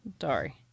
Sorry